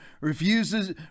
refuses